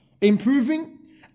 improving